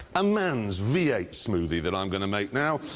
a man's v eight smoothie that i'm gonna make now.